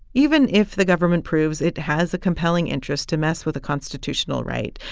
even if the government proves it has a compelling interest to mess with a constitutional right,